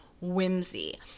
whimsy